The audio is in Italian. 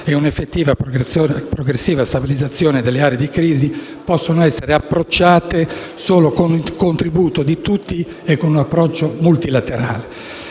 e un'effettiva progressiva stabilizzazione delle aree di crisi possono essere affrontate solo con il contributo di tutti e con un approccio multilaterale.